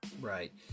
Right